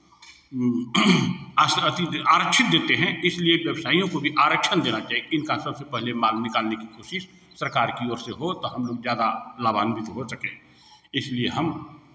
आश अथी आरक्षित देते हैं इसलिए व्यवसायियों को भी आरक्षण देना चाहिए कि इनका सबसे पहले माल निकालने की कोशिश सरकार की ओर से हो तो हम लोग ज़्यादा लाभान्वित हो सकें इसलिए हम